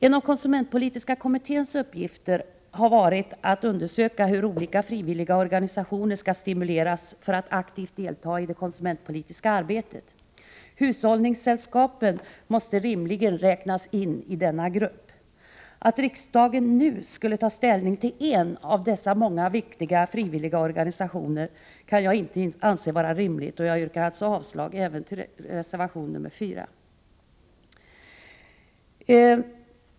En av konsumentpolitiska kommitténs uppgifter har varit att undersöka hur olika frivilliga organisationer skall stimuleras för att aktivt delta i det konsumentpolitiska arbetet. Hushållningssällskapen måste rimligen räknas in i denna grupp. Att riksdagen nu skulle ta ställning till en av dessa många viktiga frivilliga organisationer kan jag inte anse vara rimligt. Jag yrkar därför avslag även på reservation nr 4.